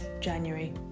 January